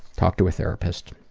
talk to a therapist.